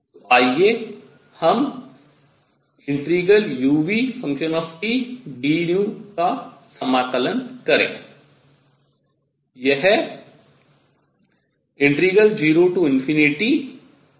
तो आइए हम ∫udν का समाकलन करें